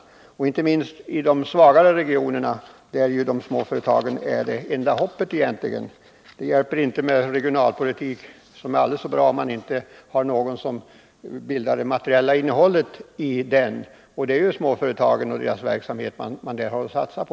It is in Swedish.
Detta gäller inte minst i de svagare regionerna, där de små företagen egentligen är det enda hoppet. Det hjälper inte med en regionalpolitik som är aldrig så bra, om vi inte har något som bildar det materiella innehållet i den. Och det är småföretagen och deras verksamhet som vi här har att satsa på.